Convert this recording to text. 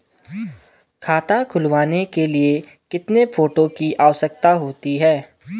खाता खुलवाने के लिए कितने फोटो की आवश्यकता होती है?